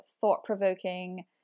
thought-provoking